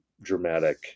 dramatic